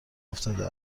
افتاده